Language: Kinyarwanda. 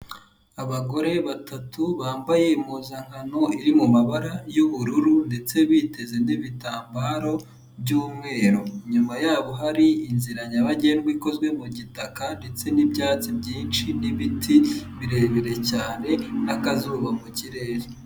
Abagore batatu bambaye impuzankano iri mu mabara y'ubururu ndetse biteze n'ibitambaro by'umweru, nyuma yaho hari inzira nyabagendwa ikozwe mu gitaka ndetse n'ibyatsi byinshi n'ibiti birebire cyane n'akazuba mu kirere.